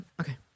Okay